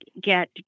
get